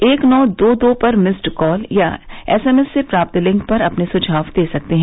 एक नौ दो दो पर मिस्ड कॉल या एसएमएस से प्राप्त लिंक पर अपने सुझाव दे सकते हैं